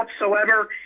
whatsoever